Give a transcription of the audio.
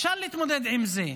אפשר להתמודד עם זה,